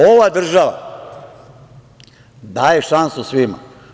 Ova država daje šansu svima.